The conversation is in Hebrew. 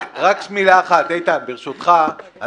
ברשותך,